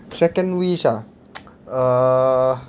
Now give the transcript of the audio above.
second wish ah err